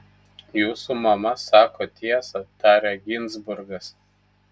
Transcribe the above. jūsų mama sako tiesą tarė ginzburgas